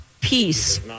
peace